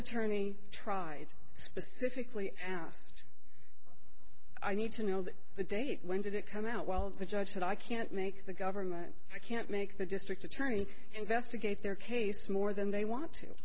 attorney tried specifically asked i need to know that the date when did it come out while the judge said i can't make the government i can't make the district attorney investigate their case more than they want to